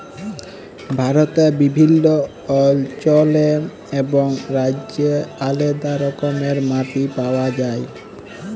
ভারতে বিভিল্ল্য অল্চলে এবং রাজ্যে আলেদা রকমের মাটি পাউয়া যায়